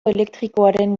elektrikoaren